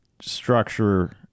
structure